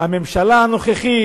הממשלה הנוכחית,